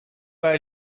bij